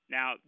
Now